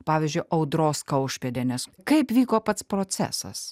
pavyzdžiui audros kaušpėdienės kaip vyko pats procesas